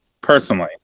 personally